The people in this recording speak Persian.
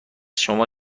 شما